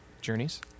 journeys